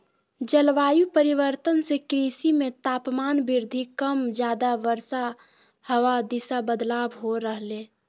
जलवायु परिवर्तन से कृषि मे तापमान वृद्धि कम ज्यादा वर्षा हवा दिशा बदलाव हो रहले